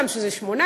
שזה כבר שמונה,